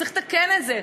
צריך לתקן את זה.